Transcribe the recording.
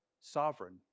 sovereign